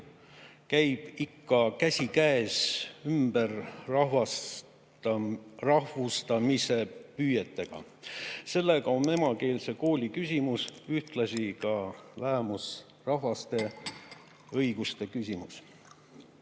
käib ikka käsikäes ümberrahvustamise püüetega. Sellega on emakeelse kooli küsimus ühtlasi ka vähemusrahvaste õiguste küsimus.